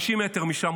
50 מטר משם,